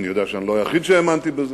אני יודע שאני לא היחיד שהאמין בזה,